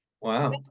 Wow